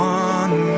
one